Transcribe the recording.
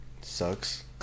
sucks